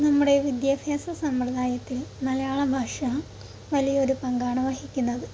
നമ്മുടെ വിദ്യാഭ്യാസ സമ്പ്രദായത്തില് മലയാള ഭാഷ വലിയൊരു പങ്കാണ് വഹിക്കുന്നത്